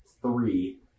three